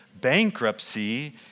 bankruptcy